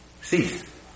cease